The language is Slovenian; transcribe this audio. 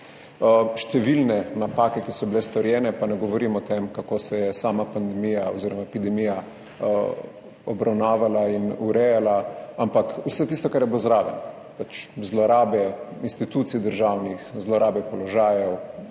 Številne napake, ki so bile storjene, pa ne govorim o tem, kako se je sama pandemija oziroma epidemija obravnavala in urejala, ampak vse tisto, kar je bilo zraven zlorabe državnih institucij, zlorabe položajev,